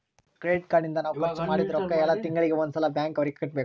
credit card ನಿಂದ ನಾವ್ ಖರ್ಚ ಮದಿದ್ದ್ ರೊಕ್ಕ ಯೆಲ್ಲ ತಿಂಗಳಿಗೆ ಒಂದ್ ಸಲ ಬ್ಯಾಂಕ್ ಅವರಿಗೆ ಕಟ್ಬೆಕು